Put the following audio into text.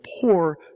poor